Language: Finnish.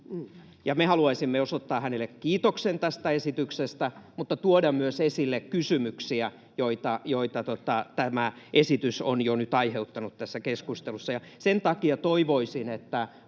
me haluaisimme osoittaa hänelle kiitoksen tästä esityksestä mutta tuoda myös esille kysymyksiä, joita tämä esitys on jo nyt aiheuttanut tässä keskustelussa. Sen takia toivoisin, että